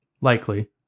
likely